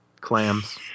Clams